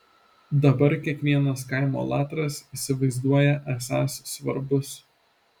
dabar kiekvienas kaimo latras įsivaizduoja esąs svarbus